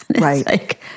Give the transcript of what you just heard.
Right